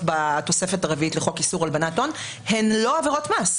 בתוספת הרביעית לחוק איסור הלבנת הון הן לא עבירות מס.